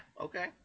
Okay